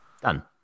done